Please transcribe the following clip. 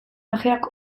ajeak